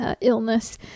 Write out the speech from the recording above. illness